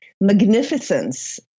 magnificence